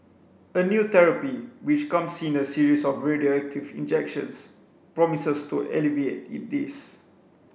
a new therapy which comes in a series of radioactive injections promises to alleviate this